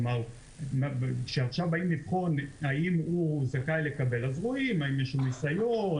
כלומר כשבאים עכשיו לבחון האם הוא זכאי לקבל אז רואים האם יש לו ניסיון,